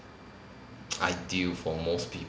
ideal for most people